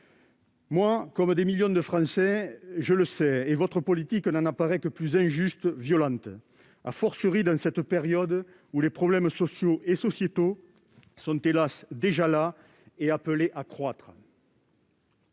Moi, comme des millions de Français, je le sais. Et votre politique n'en apparaît que plus injuste et violente, dans cette période où les problèmes sociaux et sociétaux sont, hélas, déjà là, et devraient encore